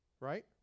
right